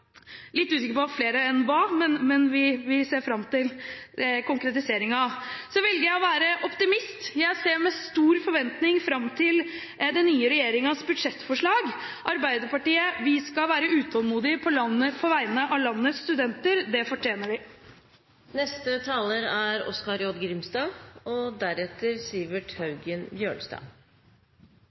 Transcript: litt usikker på hva det er flere enn, men vi ser fram til konkretiseringen. Så velger jeg å være optimist. Jeg ser med stor forventning fram til den nye regjeringens budsjettforslag. Arbeiderpartiet skal være utålmodig på vegne av landets studenter – det fortjener de. Som det er